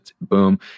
boom